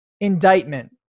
indictment